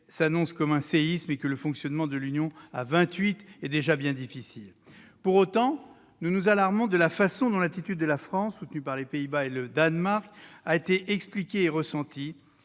s'annonce comme un séisme, et que le fonctionnement de l'Union à 28 est déjà bien difficile. Pour autant, nous nous alarmons de la façon dont l'attitude de la France, soutenue par les Pays-Bas et le Danemark, a été expliquée et ressentie,